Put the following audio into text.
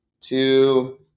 two